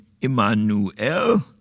Immanuel